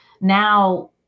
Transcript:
now